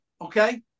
okay